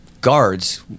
guards